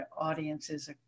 audiences